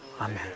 Amen